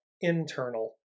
internal